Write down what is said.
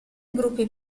gruppi